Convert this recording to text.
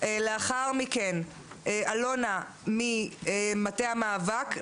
לאחר מכן אלונה ממטה המאבק,